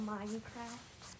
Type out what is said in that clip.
Minecraft